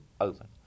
open